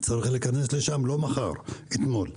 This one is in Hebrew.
צריך להיכנס לשם לא מחר, אתמול.